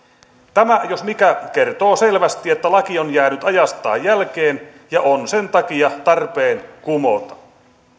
tämä jos mikä kertoo selvästi että laki on jäänyt ajastaan jälkeen ja on sen takia tarpeen kumota